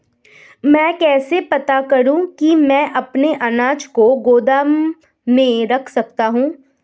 मैं कैसे पता करूँ कि मैं अपने अनाज को गोदाम में रख सकता हूँ?